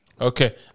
Okay